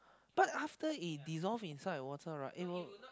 but after it dissolve inside water right it will